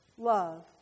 love